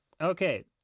Okay